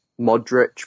Modric